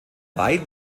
weit